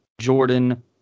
Jordan